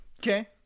okay